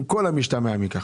עם כל המשתמע מכך.